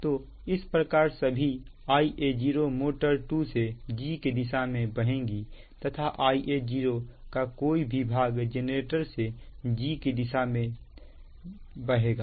तो इस प्रकार सभी Ia0 मोटर 2 से g की दिशा में बहेगी तथा Ia0 का कोई भी भाग जेनरेटर से g की दिशा में नहीं बहेगा